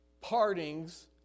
partings